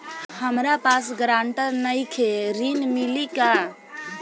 हमरा पास ग्रांटर नईखे ऋण मिली का?